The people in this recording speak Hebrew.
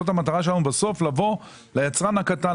המטרה שלנו היא לבוא ליצרן הקטן,